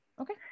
okay